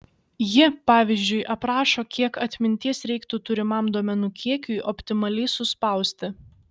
ji pavyzdžiui aprašo kiek atminties reiktų turimam duomenų kiekiui optimaliai suspausti